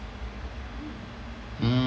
mm